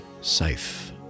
safe